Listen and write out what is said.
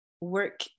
work